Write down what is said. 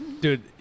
Dude